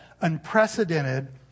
unprecedented